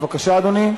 בבקשה, אדוני.